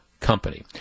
company